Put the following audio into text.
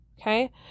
Okay